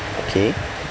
okay